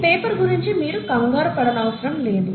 ఈ పేపర్ గురించి మీరు కంగారు పడనవసరం లేదు